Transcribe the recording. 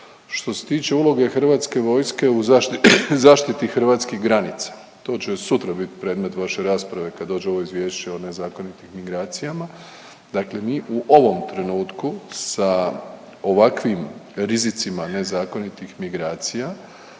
Što se tiče uloge Hrvatske vojske u zaštiti hrvatskih granica, to će sutra biti predmet vaše rasprave kada dođe ovo Izvješće o nezakonitim migracijama, dakle mi u ovom trenutku sa ovakvim rizicima nezakonitih migracija